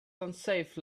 unsafe